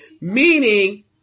meaning